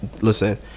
Listen